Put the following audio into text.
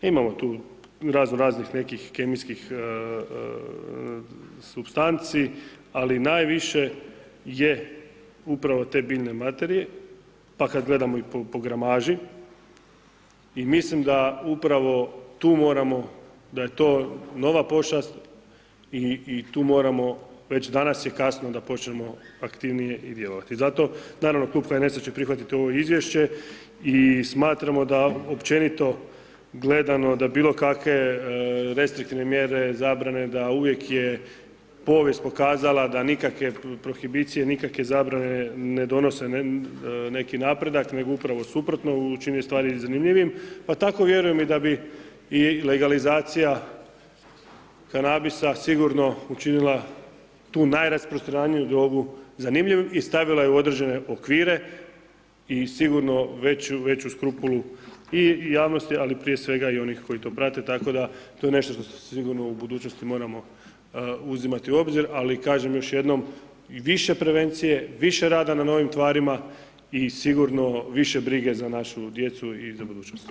Imamo tu raznoraznih nekih kemijskih supstanci ali najviše je upravo te biljne materije pa kad gledamo i po gramaži i mislim da upravo tu moramo, da je to nova pošast i tu moramo već danas je kasno da počnemo aktivnije i djelovati i zato naravno klub HNS-a će prihvatiti ovo izvješće i smatramo da općenito gledano da je bilokakve restriktivne mjere zabrane da uvijek je povijest pokazala da nikakve prohibicije, nikakve zabrane ne donose neki napredak nego upravo suprotno učini stvar zanimljivim pa tako vjerujem i da bi i legalizacija kanabisa sigurno učinila tu najrasprostraniju diobu zanimljivim i stavila je u određene okvire i sigurno već u skrupulu javnosti ali prije svega i onih koji to prate tako da to je nešto što sigurno u budućnosti moramo uzimati u obzir ali kažem još jednom, više prevencije, više rada na novim tvarima i sigurno više brige za našu djecu i za budućnost.